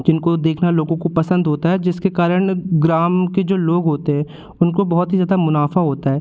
जिनको देखना लोगों को पसंद होता है जिसके कारण ग्राम के जो लोग होते हैं उनको बहुत ही ज़्यादा मुनाफ़ा होता है